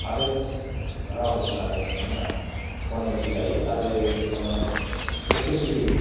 हादोर राव होननानै बिथांमोनहा गनायथि जायो आरो बेखौनो अफिसियेलि